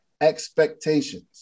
expectations